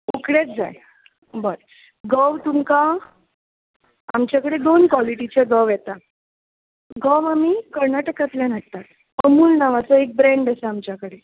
उकडेंच जाय बरें गोंव तुमकां आमचे कडेन दोन कोलिटीचे गोंव येतां गोंव आमी कर्नाटकांतल्यान हाडटात अमुल नावांचो एक ब्रेंड आसा आमच्या कडेन